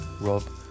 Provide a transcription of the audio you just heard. Rob